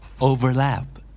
Overlap